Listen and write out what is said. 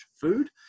food